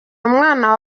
umwana